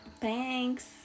Thanks